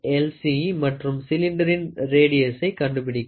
C மற்றும் சிலிண்டரின் ரேடியசை கண்டுபிடிக்க வேண்டும்